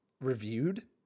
reviewed